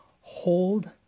hold